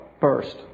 first